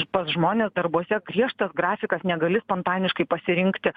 pas žmones darbuose griežtas grafikas negali spontaniškai pasirinkti